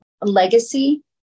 legacy